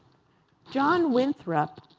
john winthrop,